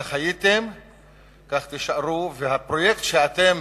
כך הייתם וכך תישארו, והפרויקט שאתם